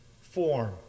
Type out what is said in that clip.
form